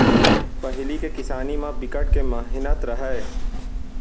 पहिली के किसानी म बिकट के मेहनत रहय